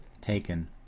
taken